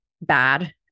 bad